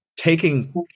taking